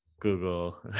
Google